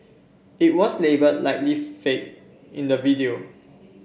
it was labelled Likely Fake in the video